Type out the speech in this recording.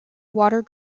water